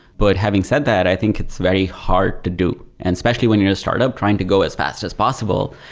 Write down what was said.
but having said that, i think it's very hard to do. and especially when you're a startup trying to go as fast as possible,